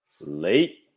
Late